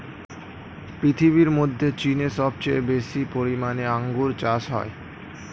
পৃথিবীর মধ্যে চীনে সবচেয়ে বেশি পরিমাণে আঙ্গুর চাষ হয়